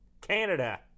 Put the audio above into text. Canada